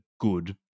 good